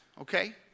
Okay